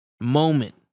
Moment